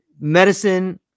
medicine